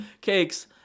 cakes